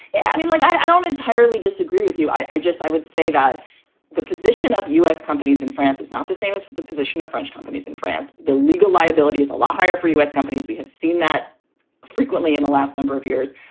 yeah i mean, like, i don't entirely disagree with you. i just i would say that the position of u s. companies in france is not the same as for the position of french companies in france. the legal liability is a lot higher for u s. companies. we have seen that frequently in the last number of years.